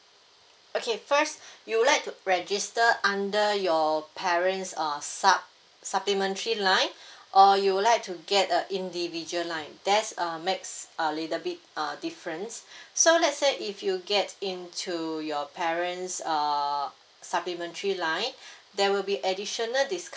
okay first you would like to register under your parents err sup~ supplementary line or you would like to get a individual line there's a max a little bit err difference so let's say if you get into your parents err supplementary line there will be additional discount